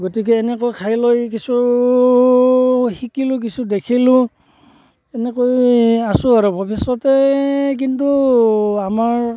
গতিকে এনেকুৱা খাই লৈ কিছু শিকিলোঁ কিছু দেখিলোঁ এনেকৈয়ে আছোঁ আৰু ভৱিষ্যতে কিন্তু আমাৰ